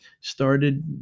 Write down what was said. started